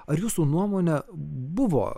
ar jūsų nuomone buvo